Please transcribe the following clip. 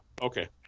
Okay